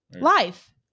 Life